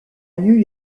new